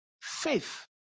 faith